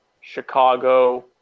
Chicago